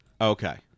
okay